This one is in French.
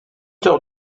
heures